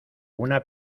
una